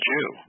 Jew